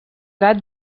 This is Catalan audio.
gat